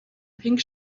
pink